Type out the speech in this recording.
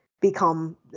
Become